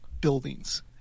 buildings